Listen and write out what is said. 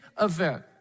event